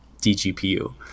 DGPU